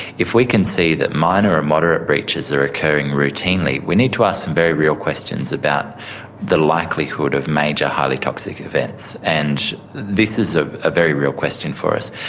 if we can see that minor and moderate breaches are occurring routinely, we need to ask some very real questions about the likelihood of major highly toxic events, and this is a ah very real question for us.